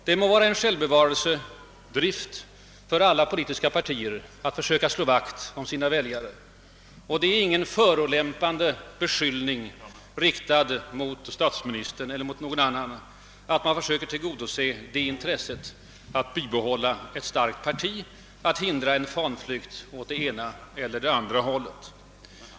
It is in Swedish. Det må vara en självbevarelsedrift för alla politiska partier att försöka slå vakt om sina väljare. Det är ingen förolämpande beskyllning riktad mot statsministern eller mot någon annan att göra gällande att man försöker tillgodose intresset att bibehålla ett starkt parti, att hindra en fanflykt åt det ena eller andra hållet.